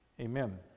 amen